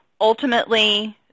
Ultimately